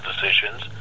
decisions